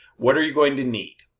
what are you going to need?